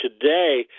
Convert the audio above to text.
today